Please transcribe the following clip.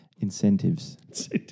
Incentives